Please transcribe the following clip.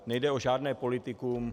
Nejde o žádné politikum.